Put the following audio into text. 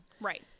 right